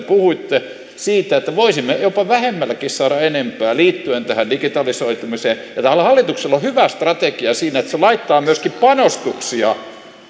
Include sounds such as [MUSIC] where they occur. [UNINTELLIGIBLE] puhuitte siitä että voisimme jopa vähemmälläkin saada enemmän liittyen tähän digitalisoitumiseen tällä hallituksella on hyvä strategia siinä että se laittaa myöskin panostuksia